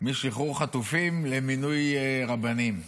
משחרור חטופים למינוי רבנים.